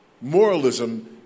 Moralism